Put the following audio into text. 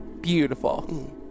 Beautiful